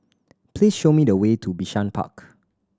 please show me the way to Bishan Park